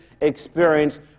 experience